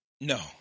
no